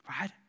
right